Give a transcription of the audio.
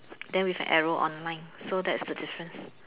then with an arrow online so that's the difference